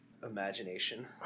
Imagination